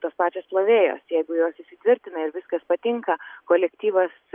tos pačios plovėjos jeigu jos įsitvirtina ir viskas patinka kolektyvas